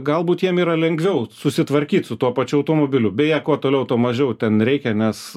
galbūt jiem yra lengviau susitvarkyt su tuo pačiu automobiliu beje kuo toliau tuo mažiau ten reikia nes